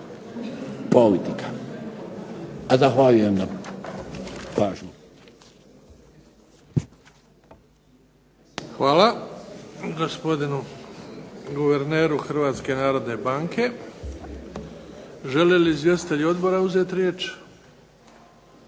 pažnji. **Bebić, Luka (HDZ)** Hvala gospodinu guverneru Hrvatske narodne banke. Žele li izvjestitelji Odbora uzeti riječ?